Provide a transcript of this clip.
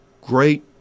great